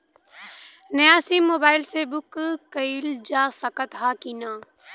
नया SIM mobile से book कइलजा सकत ह कि ना?